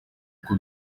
uko